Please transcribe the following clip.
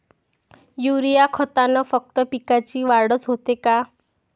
Urea खतानं फक्त पिकाची वाढच होते का?